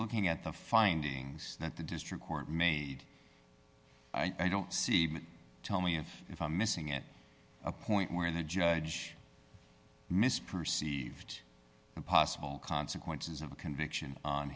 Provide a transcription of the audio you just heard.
looking at the findings that the district court made i don't see tell me if i'm missing at a point where the judge misperceived the possible consequences of a conviction on